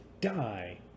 die